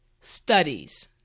studies